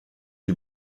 die